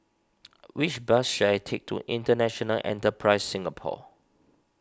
which bus should I take to International Enterprise Singapore